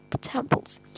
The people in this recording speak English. temples